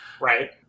Right